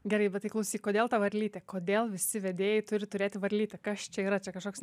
gerai bet tai klausyk kodėl ta varlytė kodėl visi vedėjai turi turėti varlytę kas čia yra čia kažkoks